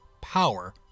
Power